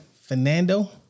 Fernando